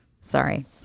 Sorry